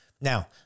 Now